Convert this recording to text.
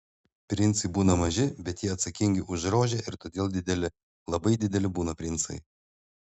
princai būna maži bet jie atsakingi už rožę ir todėl dideli labai dideli būna princai